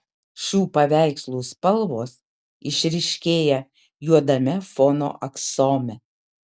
šių paveikslų spalvos išryškėja juodame fono aksome